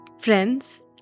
Friends